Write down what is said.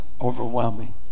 overwhelming